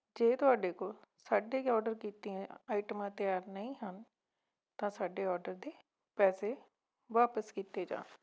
ਜੇ ਤੁਹਾਡੇ ਕੋਲ ਸਾਢੇ ਕੁ ਔਡਰ ਕੀਤੀਆਂ ਆਈਟਮਾਂ ਤਿਆਰ ਨਹੀਂ ਹਨ ਤਾਂ ਸਾਡੇ ਔਡਰ ਦੇ ਪੈਸੇ ਵਾਪਸ ਕੀਤੇ ਜਾਣ